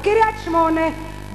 בקריית-שמונה,